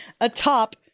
atop